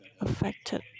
affected